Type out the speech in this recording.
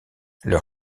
leur